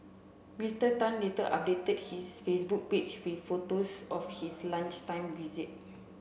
Mister Tan later updated his Facebook page with photos of his lunchtime visit